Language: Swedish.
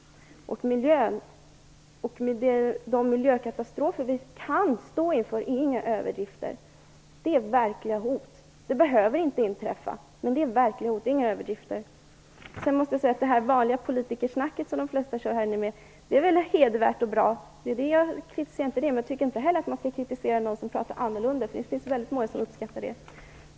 De miljökatastrofer som vi kan stå inför är inga överdrifter. De är verkliga hot. De behöver inte inträffa. Men de är verkliga hot och inga överdrifter. Det vanliga politikersnacket som de flesta nu kör med här är väl hedervärt och bra. Jag kritiserar inte detta. Men jag tycker inte att man heller skall kritisera någon som pratar annorlunda, för det finns väldigt många som uppskattar det.